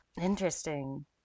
Interesting